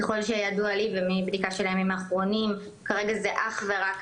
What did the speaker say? ככל שידוע לי ומבדיקה של הימים האחרונים כרגע זה אך ורק